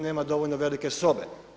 Nema dovoljno velike sobe.